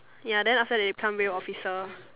ya then after that they become real officer